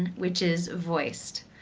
and which is voiced.